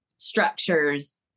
structures